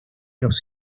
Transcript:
los